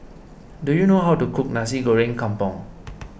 do you know how to cook Nasi Goreng Kampung